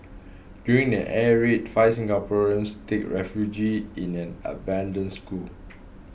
during an air raid five Singaporeans take refuge in an abandoned school